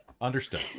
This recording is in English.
Understood